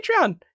patreon